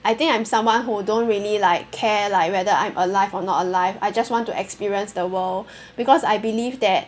I think I'm someone who don't really like care like whether I'm alive or not alive I just want to experience the world because I believe that